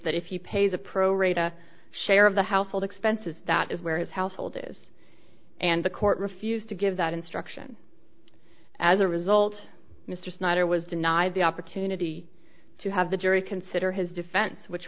that if you pays a pro rata share of the household expenses that is where his household is and the court refused to give that instruction as a result mr snyder was denied the opportunity to have the jury consider his defense which